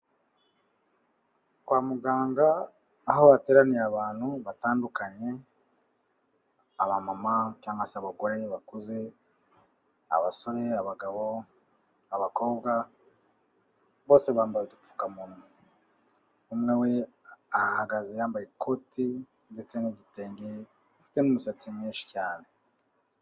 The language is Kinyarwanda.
Kwa muganga, aho hateraniye abantu batandukanye, abamama cyangwa se abagore bakuze, abasore, abagabo, abakobwa, bose bambaye udupfukamunwa. Umwe we ahahagaze yambaye ikoti ndetse n'igitenge, afite n'umusatsi mwinshi cyane.